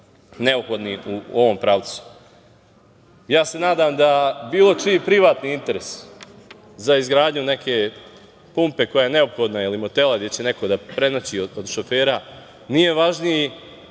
neophodni u ovom pravcu. Nadam se da bilo čiji privatni interes za izgradnju neke pumpe koja je neophodna ili motela gde će neko da prenoći od šofera nije važniji